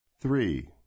Three